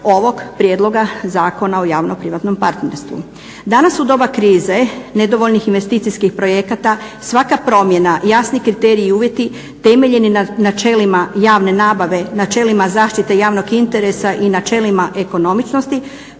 ovog prijedloga Zakona o javno-privatnog partnerstvu. Danas u doba krize nedovoljnih investicijskih projekata svaka promjena, jasni kriteriji i uvjeti temeljeni na načelima javne nabave, načelima zaštite javnog interesa i načelima ekonomičnosti